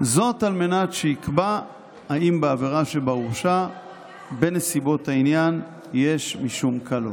-- זאת על מנת שיקבע אם בעבירה שבה הורשע בנסיבות העניין יש משום קלון.